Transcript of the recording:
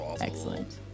Excellent